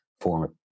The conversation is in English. form